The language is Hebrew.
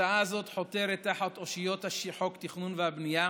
ההצעה הזאת חותרת תחת אושיות חוק התכנון והבנייה,